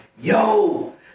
yo